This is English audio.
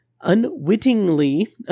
unwittingly